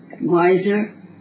wiser